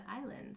island